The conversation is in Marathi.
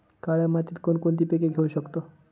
काळ्या मातीत कोणकोणती पिके घेऊ शकतो?